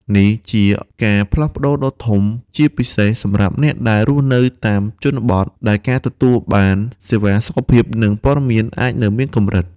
នេះជាការផ្លាស់ប្តូរដ៏ធំ ជាពិសេសសម្រាប់អ្នកដែលរស់នៅតាមជនបទ ដែលការទទួលបានសេវាសុខភាព និងព័ត៌មានអាចនៅមានកម្រិត។